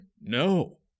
No